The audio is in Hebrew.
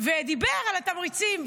ודיבר על התמריצים.